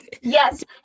Yes